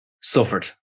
suffered